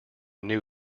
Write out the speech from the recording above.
knew